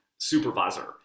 supervisor